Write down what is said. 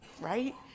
right